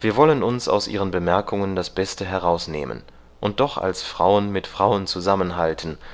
wir wollen uns aus ihren bemerkungen das beste herausnehmen und doch als frauen mit frauen zusammenhalten